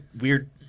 weird